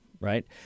Right